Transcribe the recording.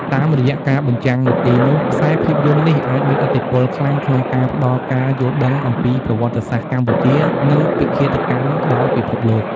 តាមរយៈការបញ្ចាំងនៅទីនោះ ខ្សែភាពយន្តនេះអាច មានឥទ្ធិពលខ្លាំងក្នុងការផ្ដល់ការយល់ដឹងអំពីប្រវត្តិសាស្ត្រកម្ពុជា និងពិឃាតកម្ម ដល់ពិភពលោក។